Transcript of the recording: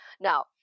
Now